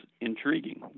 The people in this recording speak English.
intriguing